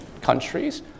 countries